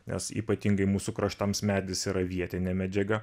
nes ypatingai mūsų kraštams medis yra vietinė medžiaga